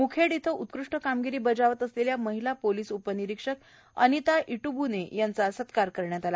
मुखेड इथं उत्कृष् कामगिरी बजावत असलेल्या महिला पोलीस उपनिरीक्षक अनिता ईप्रुबूने यांचा सत्कार करण्यात आला